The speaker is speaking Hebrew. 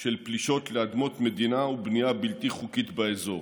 של פלישות לאדמות מדינה ובנייה בלתי חוקית באזור.